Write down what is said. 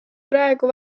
praegu